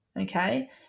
Okay